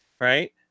right